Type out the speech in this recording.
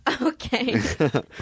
Okay